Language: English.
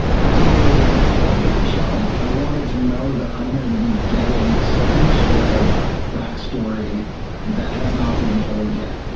i wanted from the jump, i wanted to know that i'm going to be getting some sort of back story that has not been told yet.